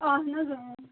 اہن حظ اۭں